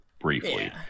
briefly